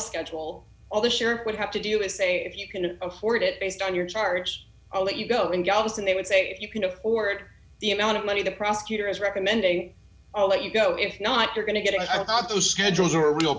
schedule all the shooter would have to do is say if you can afford it based on your charge i'll let you go in galveston they would say if you can afford the amount of money the prosecutor is recommending i'll let you go if not you're going to get i'll do schedules are real